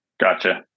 Gotcha